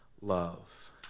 love